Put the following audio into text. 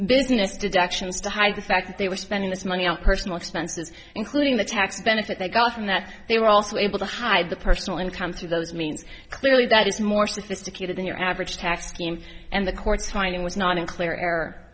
business deductions to hide the fact that they were spending this money on personal expenses including the tax benefit they got from that they were also able to hide the personal income through those means clearly that is more sophisticated than your average tax scheme and the courts finding was not in clear